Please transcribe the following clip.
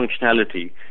functionality